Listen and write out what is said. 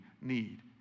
need